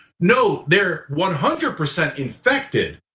no, they're one hundred percent infected,